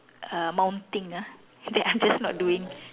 uh mounting ah that I'm just not doing